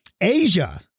Asia